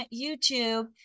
YouTube